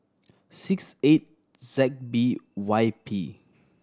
six eight Z B Y P